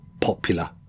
popular